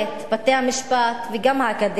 בתי-המשפט וגם האקדמיה,